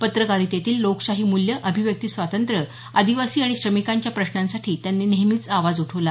पत्रकारितेतील लोकशाही मूल्य अभिव्यक्ती स्वातंत्र्य आदिवासी आणि श्रमिकांच्या प्रश्नांसाठी त्यांनी नेहमी आवाज उठवला